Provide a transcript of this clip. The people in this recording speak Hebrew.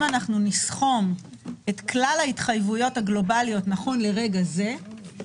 אם נסכום את כלל ההתחייבויות הגלובליות נכון לרגע זה,